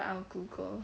I'll google